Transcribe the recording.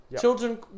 Children